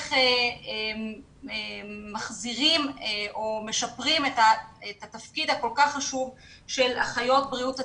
ואיך מחזירים או משפרים את התפקיד הכל כך חשוב של אחיות בריאות הציבור,